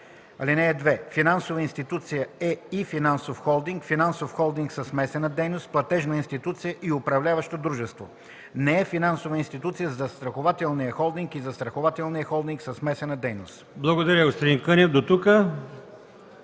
„(2)Финансова институция е и финансов холдинг, финансов холдинг със смесена дейност, платежна институция и управляващо дружество. Не е финансова институция застрахователният холдинг и застрахователният холдинг със смесена дейност.” ПРЕДСЕДАТЕЛ